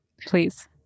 Please